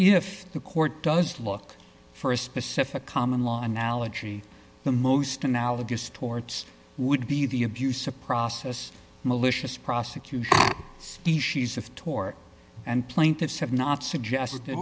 if the court does look for a specific common law analogy the most analogous torts would be the abuse of process malicious prosecution species of tort and plaintiffs have not suggested that